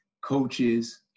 coaches